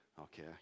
Okay